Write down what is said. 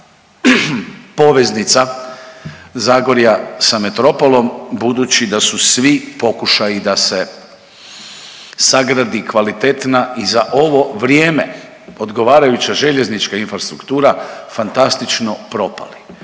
poveznica Zagorja sa metropolom budući da su svi pokušaji da se sagradi kvalitetna i za ovo vrijeme odgovarajuća željeznička infrastruktura, fantastično propali.